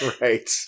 Right